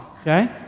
okay